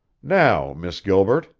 now, miss gilbert,